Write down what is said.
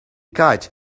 kite